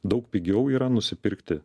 daug pigiau yra nusipirkti